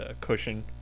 cushion